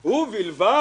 הוא מדבר ותן לו לדבר,